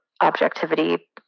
objectivity